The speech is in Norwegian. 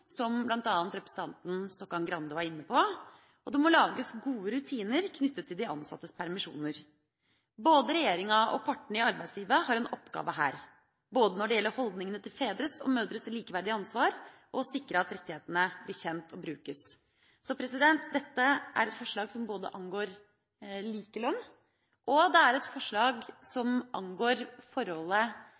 som bl.a. representanten Stokkan-Grande var inne på, og det må lages gode rutiner knyttet til de ansattes permisjoner. Både regjeringa og partene i arbeidslivet har en oppgave her når det gjelder holdningene til fedres og mødres likeverdige ansvar og å sikre at rettighetene blir kjent og brukes. Dette er et forslag som angår likelønn, og det er et forslag som angår forholdet